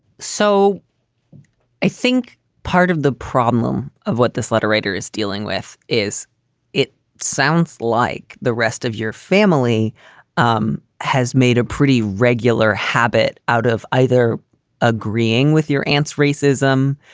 so i think part of the problem of what this letter writer is dealing with is it sounds like the rest of your family um has made a pretty regular habit out of either agreeing with your aunt's racism,